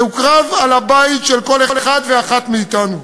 זהו קרב על הבית של כל אחד ואחת מאתנו,